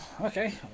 okay